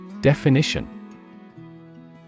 Definition